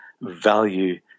value